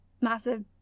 massive